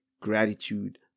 gratitude